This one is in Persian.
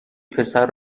پسر